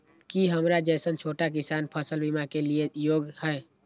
की हमर जैसन छोटा किसान फसल बीमा के लिये योग्य हय?